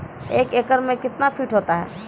एक एकड मे कितना फीट होता हैं?